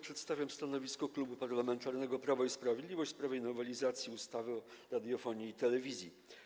Przedstawiam stanowisko Klubu Parlamentarnego Prawo i Sprawiedliwość w sprawie nowelizacji ustawy o radiofonii i telewizji.